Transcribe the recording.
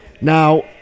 now